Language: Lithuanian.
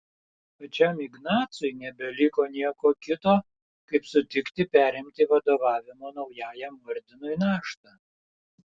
pačiam ignacui nebeliko nieko kito kaip sutikti perimti vadovavimo naujajam ordinui naštą